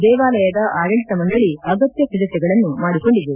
ದೇವಾಲಯದ ಆಡಳಿತ ಮಂಡಳಿ ಅಗತ್ಯ ಸಿದ್ಧತೆಗಳನ್ನು ಮಾಡಿಕೊಂಡಿದೆ